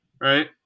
right